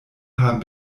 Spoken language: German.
haben